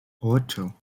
ocho